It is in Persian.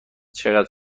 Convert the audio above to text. چقدر